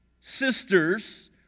sisters